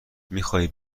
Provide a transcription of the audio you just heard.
میخای